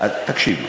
תקשיב,